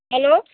hello